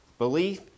Belief